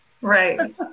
right